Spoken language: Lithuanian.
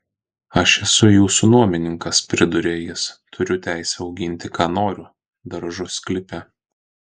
aš esu ir jūsų nuomininkas priduria jis turiu teisę auginti ką noriu daržo sklype